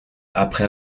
après